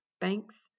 banks